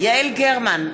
יעל גרמן,